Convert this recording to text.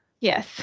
Yes